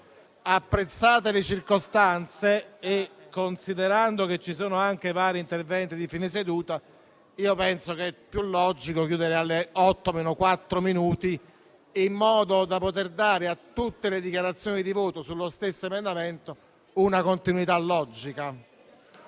apprezzate le circostanze e considerando che ci sono anche vari interventi di fine seduta, penso sia più logico chiudere alle ore 20 meno quattro minuti, in modo da poter dare a tutte le dichiarazioni di voto sullo stesso emendamento una continuità logica.